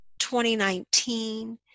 2019